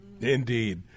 indeed